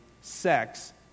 sex